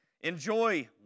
Enjoy